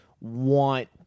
want